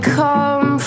come